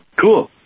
Cool